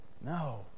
No